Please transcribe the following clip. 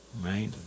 right